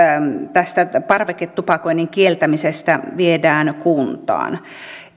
tästä parveketupakoinnin kieltämisestä viedään kuntaan